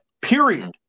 period